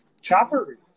Chopper